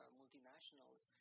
multinationals